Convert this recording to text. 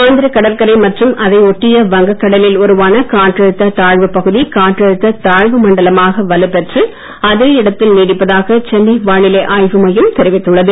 ஆந்திரக் கடற்கரை மற்றும் அதையொட்டிய வங்க கடலில் உருவான காற்றழுத்த தாழ்வு பகுதி காற்றழுத்த தாழ்வு மண்டலமாக வலுப்பெற்று அதே இடத்தில் நீடிப்பதாக சென்னை வானிலை ஆய்வு மையம் தெரிவித்துள்ளது